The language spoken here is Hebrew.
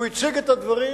הוא הציג את הדברים,